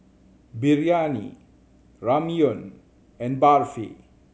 Biryani Ramyeon and Barfi